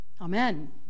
Amen